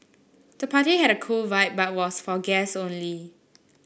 the party had a cool vibe but was for guests only